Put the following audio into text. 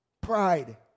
Pride